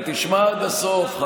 תשמע עד הסוף,